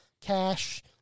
cash